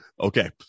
Okay